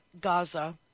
Gaza